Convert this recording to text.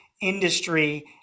industry